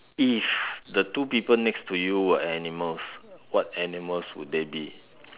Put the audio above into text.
if the two people next to you were animals what animals would they be